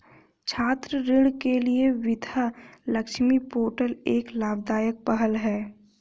छात्र ऋण के लिए विद्या लक्ष्मी पोर्टल एक लाभदायक पहल है